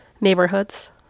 neighborhoods